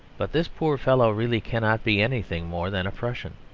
but this poor fellow really cannot be anything more than a prussian.